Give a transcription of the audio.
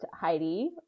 Heidi